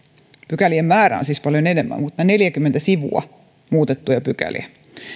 pykälien määrä on siis paljon enemmän mutta neljäkymmentä sivua muutettuja pykäliä